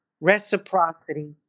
reciprocity